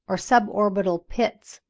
or suborbital pits,